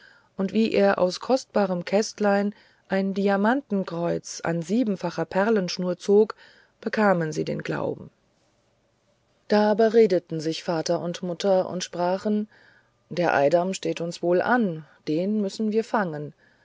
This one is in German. und wie er aus kostbarem kästlein ein diamantenkreuz an siebenfacher perlenschnur zog bekamen sie den glauben da beredeten sich vater und mutter und sprachen der eidam steht uns wohl an den müssen wir fahen